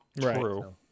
True